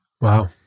Wow